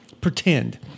pretend